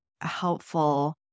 helpful